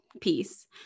piece